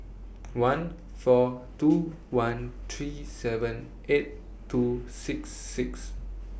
one four two one three seven eight two six six